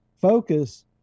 focus